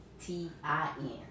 T-I-N